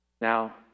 Now